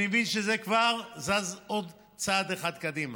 אני מבין שזה כבר זז עוד צעד אחד קדימה.